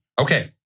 Okay